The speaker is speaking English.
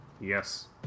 Yes